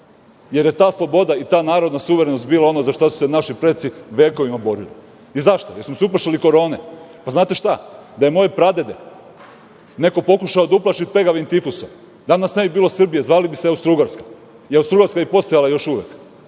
jer su ta sloboda i ta narodna suverenost bilo ono za šta su se naši preci vekovima borili. Zašto? Jel smo se uplašili korone? Znate šta, da je moje pradede neko pokušao da uplaši pegavim tifusom danas ne bi bilo Srbije, zvali bi se Austrougarska i Austrougarska bi postojala još uvek. Jedna